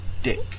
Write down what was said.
dick